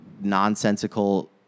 nonsensical